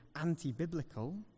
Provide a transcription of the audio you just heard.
anti-biblical